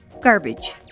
Garbage